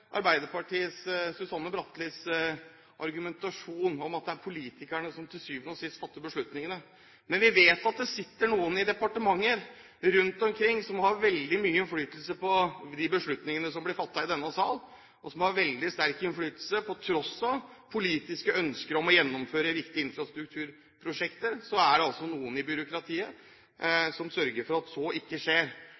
sist fatter beslutningene. Men vi vet at det sitter noen rundt omkring i departementene som har veldig sterk innflytelse på de beslutningene som blir fattet i denne salen, så på tross av politiske ønsker om å gjennomføre riktige infrastrukturprosjekter, er det altså noen i byråkratiet